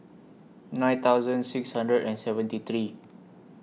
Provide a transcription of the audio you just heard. nine thousand six hundred and seventy three